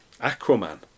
Aquaman